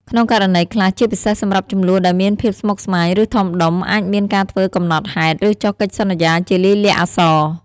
ក្នុងករណីខ្លះ ជាពិសេសសម្រាប់ជម្លោះដែលមានភាពស្មុគស្មាញ ឬធំដុំ អាចមានការធ្វើកំណត់ហេតុ ឬចុះកិច្ចសន្យាជាលាយលក្ខណ៍អក្សរ។